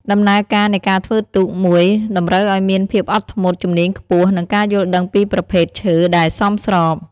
ដំណើរការនៃការធ្វើទូកមួយតម្រូវឲ្យមានភាពអត់ធ្មត់ ជំនាញខ្ពស់ និងការយល់ដឹងពីប្រភេទឈើដែលសមស្រប។